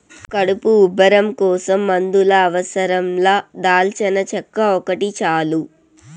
కడుపు ఉబ్బరం కోసం మందుల అవసరం లా దాల్చినచెక్క ఒకటి చాలు